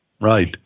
right